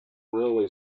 railway